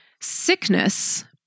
sickness